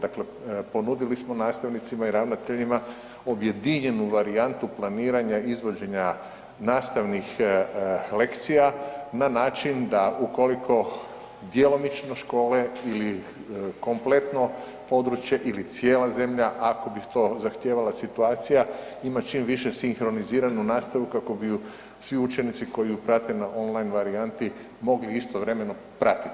Dakle, ponudili smo nastavnicima i ravnateljima objedinjenu varijantu planiranja i izvođenja nastavnih lekcija na način da ukoliko djelomično škole ili kompletno područje ili cijela zemlja ako bi to zahtijevala situacija ima čim više sinkroniziranu nastavu kako bi ju svi učenici koji ju prate na on line varijanti mogli istovremeno pratit.